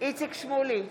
איציק שמולי,